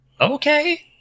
Okay